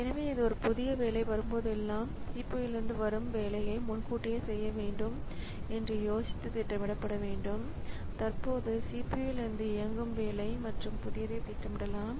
எனவே இது ஒரு புதிய வேலை வரும்போதெல்லாம் CPU இலிருந்து வரும் வேலையை முன்கூட்டியே செய்ய வேண்டுமா என்று சோதிக்க திட்டமிடப்பட வேண்டும் தற்போது CPU இலிருந்து இயங்கும் வேலை மற்றும் புதியதை திட்டமிடலாம்